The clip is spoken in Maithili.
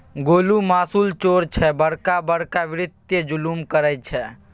गोलु मासुल चोर छै बड़का बड़का वित्तीय जुलुम करय छै